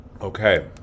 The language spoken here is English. Okay